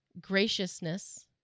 graciousness